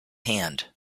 hand